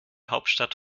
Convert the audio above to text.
hauptstadt